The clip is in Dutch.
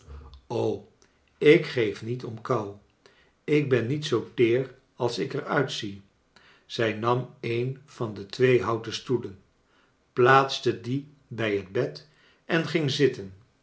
ik geef niet om kou ik ben niet zoo teer als ik er uitzie izij nam een van de twee houten stoelen plaatste dien bij het bed en ging zitten